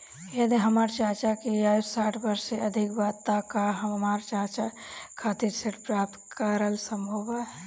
यदि हमर चाचा की आयु साठ वर्ष से अधिक बा त का हमर चाचा खातिर ऋण प्राप्त करल संभव बा